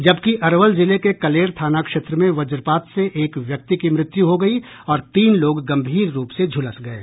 जबकि अरवल जिले के कलेर थाना क्षेत्र में वज्रपात से एक व्यक्ति की मृत्यु हो गयी और तीन लोग गंभीर रूप से झुलस गये